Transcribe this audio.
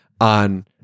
on